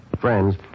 Friends